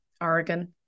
Oregon